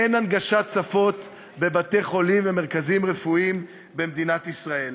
ואין הנגשה בבתי-חולים ובמרכזים רפואיים במדינת ישראל.